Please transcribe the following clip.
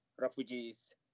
refugees